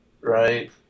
Right